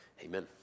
Amen